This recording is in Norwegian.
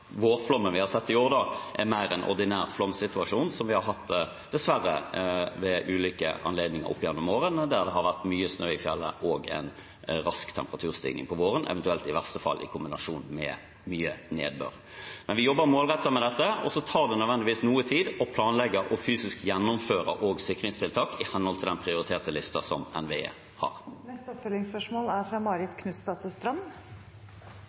vi har sett i år, er mer en ordinær flomsituasjon som vi dessverre har hatt ved ulike anledninger opp gjennom årene, når det har vært mye snø i fjellet og en rask temperaturstigning på våren, eventuelt i verste fall i kombinasjon med mye nedbør. Men vi jobber målrettet med dette, og så tar det nødvendigvis noe tid å planlegge og fysisk gjennomføre sikringstiltak i henhold til den prioriterte listen som NVE har. Det blir gitt anledning til oppfølgingsspørsmål – først Marit Knutsdatter Strand.